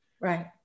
Right